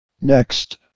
Next